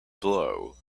blow